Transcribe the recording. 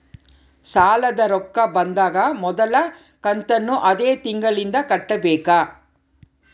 ಸಾಲದ ರೊಕ್ಕ ಬಂದಾಗ ಮೊದಲ ಕಂತನ್ನು ಅದೇ ತಿಂಗಳಿಂದ ಕಟ್ಟಬೇಕಾ?